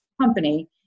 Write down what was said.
company